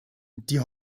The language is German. die